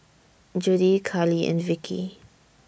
Judie Carli and Vickie